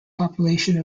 population